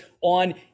on